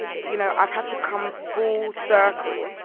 you know, i've had to come full circle.